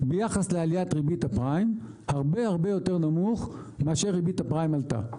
ביחס לעליית ריבית הפריים הרבה יותר נמוך מאשר ריבית הפריים עלתה,